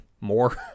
more